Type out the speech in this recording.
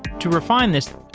to refine this,